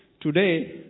Today